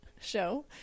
show